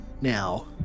Now